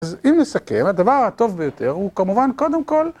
אז אם נסכם, הדבר הטוב ביותר הוא כמובן קודם כל...